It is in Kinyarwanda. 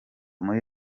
muri